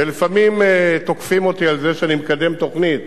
ולפעמים תוקפים אותי על זה שאני מקדם תוכנית.